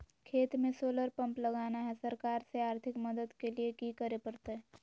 खेत में solar pump लगाना है, सरकार से आर्थिक मदद के लिए की करे परतय?